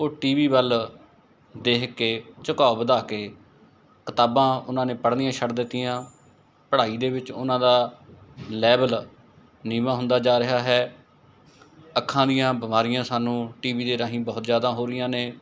ਉਹ T V ਵੱਲ ਦੇਖ ਕੇ ਝੁਕਾ ਵਧਾ ਕੇ ਕਿਤਾਬਾਂ ਉਹਨਾਂ ਨੇ ਪੜ੍ਹਨੀਆਂ ਛੱਡ ਦਿੱਤੀਆਂ ਪੜ੍ਹਾਈ ਦੇ ਵਿੱਚ ਉਹਨਾਂ ਦਾ ਲੈਵਲ ਨੀਵਾਂ ਹੁੰਦਾ ਜਾ ਰਿਹਾ ਹੈ ਅੱਖਾਂ ਦੀਆਂ ਬਿਮਾਰੀਆਂ ਸਾਨੂੰ ਟੀ ਵੀ ਦੇ ਰਾਹੀਂ ਬਹੁਤ ਜ਼ਿਆਦਾ ਹੋ ਰਹੀਆਂ ਨੇ